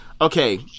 okay